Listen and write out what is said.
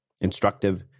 instructive